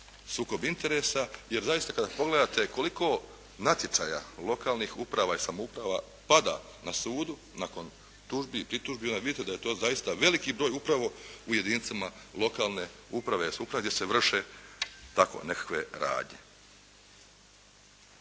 sukob interesa jer zaista kada pogledate koliko natječaja lokalnih uprava i samouprava pada na sudu nakon tužbi i pritužbi onda vidite da je to zaista veliki broj upravo u jedinicama lokalne uprave i samouprave gdje se vrše tako nekakve radnje.